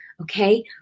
Okay